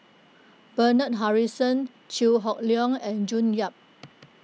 Bernard Harrison Chew Hock Leong and June Yap